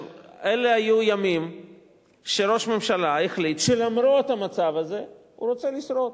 אלה היו ימים שראש ממשלה החליט שלמרות המצב הזה הוא רוצה לשרוד.